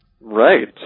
Right